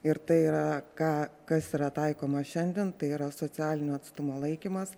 ir tai yra ką kas yra taikoma šiandien tai yra socialinio atstumo laikymas